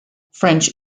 french